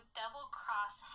double-cross